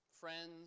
friends